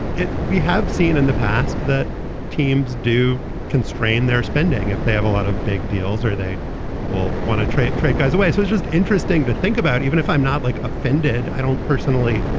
we have seen in the past that teams do constrain their spending if they have a lot of big deals or they will want to trade. trade goes away. so it's just interesting to think about, even if i'm not, like, offended, i don't personally,